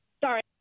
Sorry